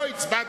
לא הצבעתי.